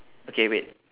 okay wait